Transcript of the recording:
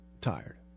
tired